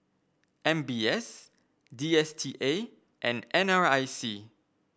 M B S D S T A and NRIC